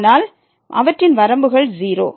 ஆனால் அவற்றின் வரம்புகள் 0